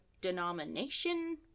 denomination